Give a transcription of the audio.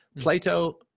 Plato